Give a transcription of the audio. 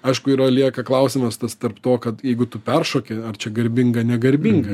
aišku yra lieka klausimas tas tarp to kad jeigu tu peršoki ar čia garbinga negarbinga